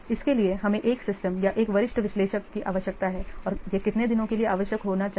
इसके लिए हमें 1 सिस्टम या 1 वरिष्ठ विश्लेषक की आवश्यकता है और यह कितने दिनों के लिए आवश्यक होना चाहिए